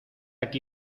aquí